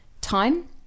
time